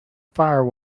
fire